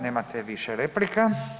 Nemate više replika.